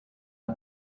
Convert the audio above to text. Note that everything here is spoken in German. der